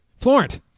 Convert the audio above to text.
Florent